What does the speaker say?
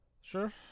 Sure